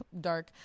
dark